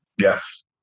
Yes